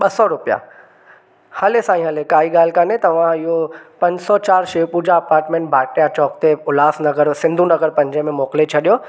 ॿ सौ रुपिया हले साईं हले काई ॻाल्हि कोन्हे तव्हां इहो पंज सौ चारि पूजा अपार्टमेंट भाटिया चौक ते उल्हासनगर सिंधु नगर पंजे में मोकिले छॾियो